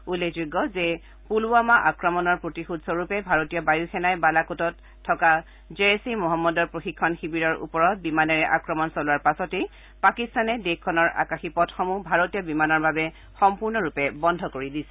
উল্লেখযোগ্য যে পুলৱামা আক্ৰমণৰ প্ৰতিশোধস্বৰূপে ভাৰতীয় বায়ু সেনাই বালাকোটত থকা জৈইছ ই মহম্মদৰ প্ৰশিক্ষণ শিবিৰৰ ওপৰত বিমানেৰে আক্ৰমণ চলোৱাৰ পাছতে পাকিস্তানে দেশখনৰ আকাশীপথসমূহ ভাৰতীয় বিমানৰ বাবে সম্পূৰ্ণৰূপে বন্ধ কৰি দিছিল